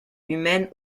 humaine